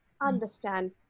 Understand